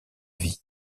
vie